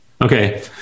Okay